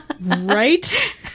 Right